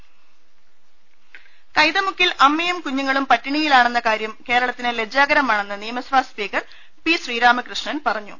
ട കൈതമുക്കിൽ അമ്മയും കുഞ്ഞുങ്ങളും പട്ടിണിയിലാണെന്ന കാര്യം കേരളത്തിന് ലജ്ജാകരമാണെന്ന് നിയമസഭാ സ്പീക്കർ പി ശ്രീരാമകൃഷ്ണൻ പറഞ്ഞു